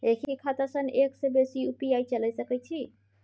एक ही खाता सं एक से बेसी यु.पी.आई चलय सके छि?